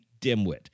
Dimwit